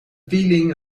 feeling